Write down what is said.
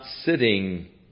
sitting